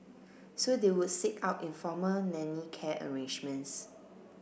so they would seek out informal nanny care arrangements